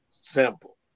simple